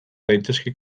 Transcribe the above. daitezke